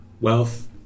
wealth